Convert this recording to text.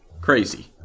crazy